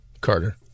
Carter